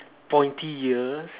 pointy ears